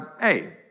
hey